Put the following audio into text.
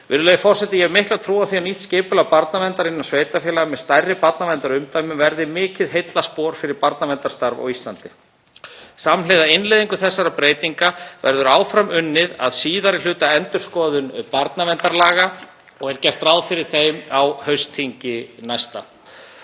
Virðulegi forseti. Ég hef mikla trú á því að nýtt skipulag barnaverndar innan sveitarfélaga með stærri barnaverndarumdæmum verði mikið heillaspor fyrir barnaverndarstarf á Íslandi. Samhliða innleiðingu þessara breytinga verður áfram unnið að síðari hluta endurskoðunar barnaverndarlaga og er gert ráð fyrir þeim á næsta